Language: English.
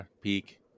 peak